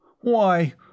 Why